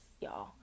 y'all